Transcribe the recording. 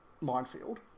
minefield